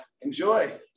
Enjoy